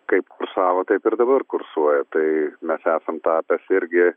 kaip kursavo taip ir dabar kursuoja tai mes esam tapęs irgi